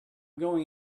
going